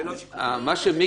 ללא שיקול דעת, אוטומטית.